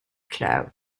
cloud